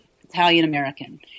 Italian-American